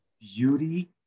beauty